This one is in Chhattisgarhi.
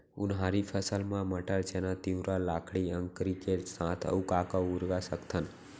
उनहारी फसल मा मटर, चना, तिंवरा, लाखड़ी, अंकरी के साथ अऊ का का उगा सकथन?